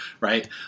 right